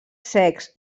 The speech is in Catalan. secs